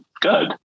good